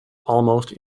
almost